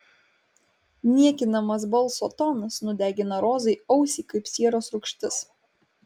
niekinamas balso tonas nudegino rozai ausį kaip sieros rūgštis